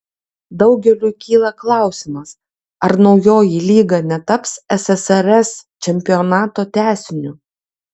daugeliui kyla klausimas ar naujoji lyga netaps ssrs čempionato tęsiniu